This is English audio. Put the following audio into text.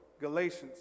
Galatians